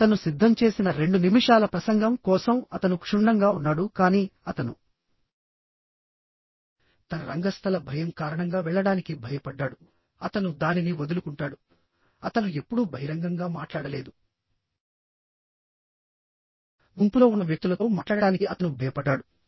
అతను సిద్ధం చేసిన రెండు నిమిషాల ప్రసంగం కోసం అతను క్షుణ్ణంగా ఉన్నాడు కాని అతను తన రంగస్థల భయం కారణంగా వెళ్ళడానికి భయపడ్డాడు అతను దానిని వదులుకుంటాడు అతను ఎప్పుడూ బహిరంగంగా మాట్లాడలేదు గుంపులో ఉన్న వ్యక్తులతో మాట్లాడటానికి అతను భయపడ్డాడు